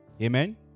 Amen